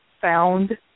found